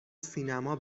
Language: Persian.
سینما